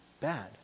bad